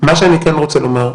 מה שאני כן רוצה לומר,